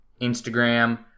Instagram